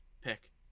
pick